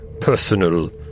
personal